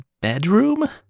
bedroom